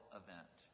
event